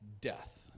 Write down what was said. death